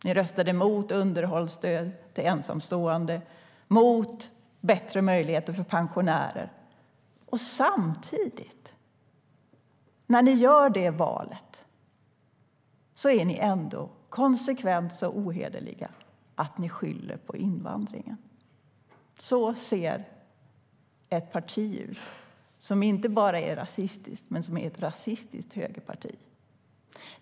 Ni röstade mot underhållsstöd till ensamstående, mot bättre möjligheter för pensionärer. Samtidigt, när ni gör det valet, är ni konsekvent så ohederliga att ni skyller på invandringen. Så ser ett parti ut som inte bara är rasistiskt utan som är ett rasistiskt högerparti.